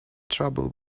trouble